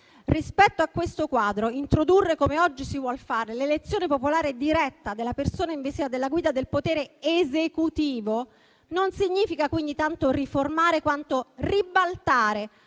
Rispetto a questo quadro introdurre, come oggi si vuol fare, l'elezione popolare diretta della persona investita della guida del potere esecutivo non significa quindi tanto riformare quanto ribaltare